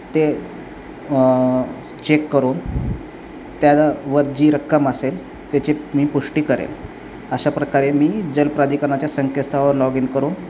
ते चेक करून त्या वर जी रक्कम असेल त्याची मी पुष्टी करेन अशा प्रकारे मी जलप्राधिकरणाच्या संकेतस्थळावर लॉग इन करून